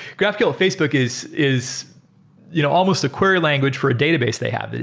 graphql at facebook is is you know almost a query language for a database they have,